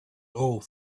all